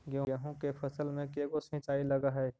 गेहूं के फसल मे के गो सिंचाई लग हय?